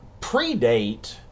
predate